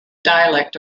dialect